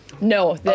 No